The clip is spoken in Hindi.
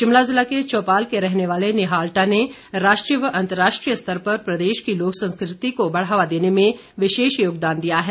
शिमला जिला के चौपाल के रहने वाले निहाल्टा ने राष्ट्रीय व अंतर्राष्ट्रीय स्तर पर प्रदेश की लोक संस्कृति को बढ़ावा देने में विशेष योगदान दिया है